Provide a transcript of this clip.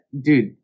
dude